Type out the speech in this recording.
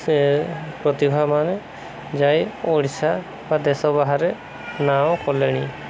ସେ ପ୍ରତିଭାମାନେ ଯାଇ ଓଡ଼ିଶା ବା ଦେଶ ବାହାରେ ନାଁ କଲେଣି